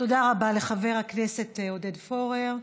תודה רבה, לחבר הכנסת עודד פורר.